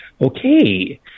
okay